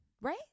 Right